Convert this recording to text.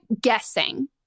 guessing